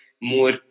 more